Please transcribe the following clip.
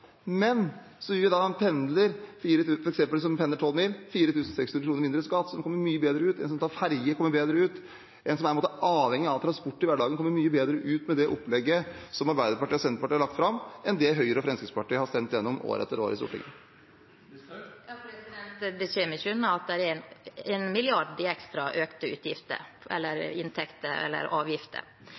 Men så gir vi en pendler som f.eks. pendler 12 mil, 4 600 kr mindre i skatt, som gjør at han kommer mye bedre ut. En som tar ferje, kommer bedre ut. En som er avhengig av transport i hverdagen, kommer mye bedre ut med det opplegget som Arbeiderpartiet og Senterpartiet har lagt fram, enn det Høyre og Fremskrittspartiet har stemt igjennom år etter år i Stortinget. Sylvi Listhaug – til oppfølgingsspørsmål. De kommer ikke unna at det er 1 mrd. kr ekstra i økte